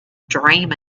dream